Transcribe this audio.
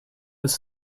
was